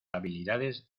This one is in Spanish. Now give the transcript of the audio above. habilidades